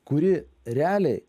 kuri realiai